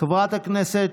חברת הכנסת,